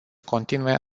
continue